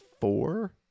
four